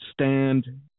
stand